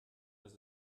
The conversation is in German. das